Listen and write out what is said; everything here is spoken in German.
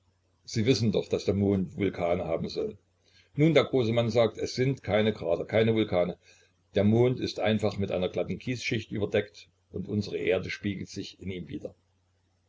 sie wissen doch daß der mond vulkane haben soll nun der große mann sagt es sind keine krater keine vulkane der mond ist einfach mit einer glatten kiesschicht überdeckt und unsere erde spiegelt sich in ihm wieder